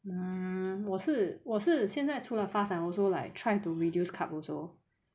mm 我是我是现在除了 fast I also like try to reduce carb also